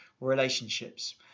relationships